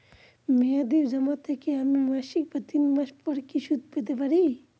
মেয়াদী জমা থেকে আমি মাসিক বা তিন মাস পর কি সুদ পেতে পারি?